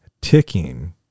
ticking